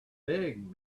big